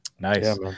Nice